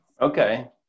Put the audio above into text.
okay